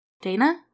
Dana